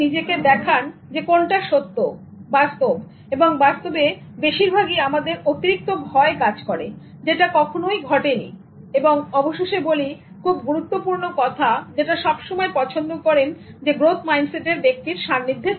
আপনি নিজেকে দেখান কোনটা সত্য বাস্তব এবং বাস্তবে বেশিরভাগই আমাদের অতিরিক্ত ভয় কাজ করে যেটা কখনোই ঘটেনি এবং অবশেষে বলি খুব গুরুত্বপূর্ণ কথা যেটা সবসময় পছন্দ করুন গ্রোথ মাইন্ডসেট ব্যক্তির সান্নিধ্য